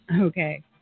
Okay